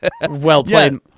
Well-played